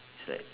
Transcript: it's like